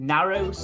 Narrow